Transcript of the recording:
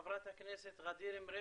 לחבר הכנסת אבי